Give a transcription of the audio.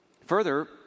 Further